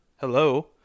Hello